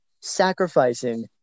sacrificing